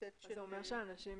זה אומר שאנשים